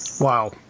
Wow